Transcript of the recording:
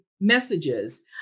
messages